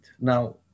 Now